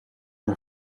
een